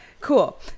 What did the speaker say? Cool